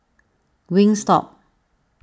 Wingstop